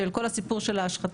של כל הסיפור של ההשחתה,